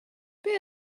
beth